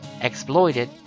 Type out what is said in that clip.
exploited